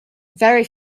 very